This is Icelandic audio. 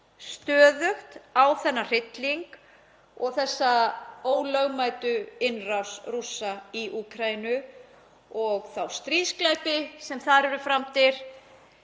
stöðugt á þennan hrylling og þessa ólögmætu innrás Rússa í Úkraínu og þá stríðsglæpi sem þar eru framdir,